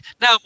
Now